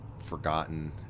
forgotten